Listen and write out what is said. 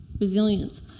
Resilience